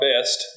best